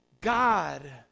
God